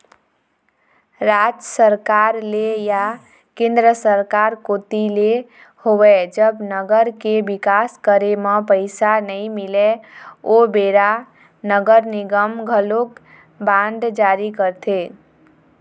राज सरकार ले या केंद्र सरकार कोती ले होवय जब नगर के बिकास करे म पइसा नइ मिलय ओ बेरा नगर निगम घलोक बांड जारी करथे